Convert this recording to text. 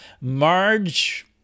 Marge